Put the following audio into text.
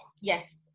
Yes